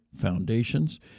foundations